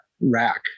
rack